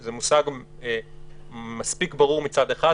זה מושג מספיק ברור מצד אחד,